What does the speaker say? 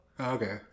okay